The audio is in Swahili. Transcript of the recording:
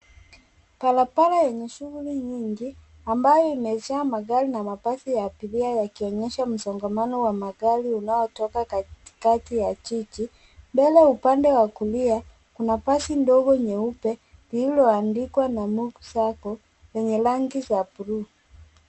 Barabara yenye shughuli nyingi, ambayo imejaa magari na mabasi ya abiria yakionyesha msongamano wa magari unaotoka katikati ya jiji, mbele upande wa kulia, kuna basi ndogo nyeupe, lililoandikwa Namuk Sacco yenye rangi za [csblue .